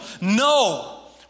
No